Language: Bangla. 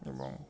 এবং